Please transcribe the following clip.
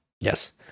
Yes